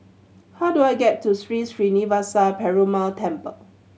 how do I get to Sri Srinivasa Perumal Temple